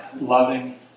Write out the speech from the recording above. loving